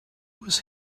was